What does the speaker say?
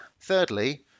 Thirdly